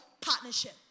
partnership